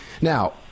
Now